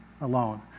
alone